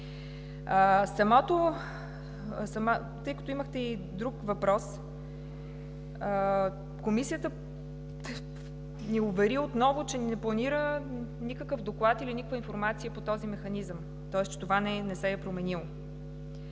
Тъй като имахте и друг въпрос, Комисията ни увери отново, че не планира никакъв доклад или никаква информация по този механизъм, тоест това не се е променило.